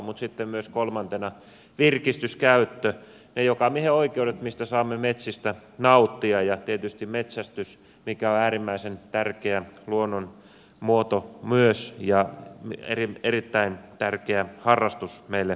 mutta sitten myös kolmantena on virkistyskäyttö ne jokamiehenoikeudet mistä saamme metsissä nauttia ja tietysti metsästys mikä on äärimmäisen tärkeä luonnon muoto myös ja erittäin tärkeä harrastus meille monille